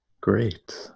great